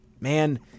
man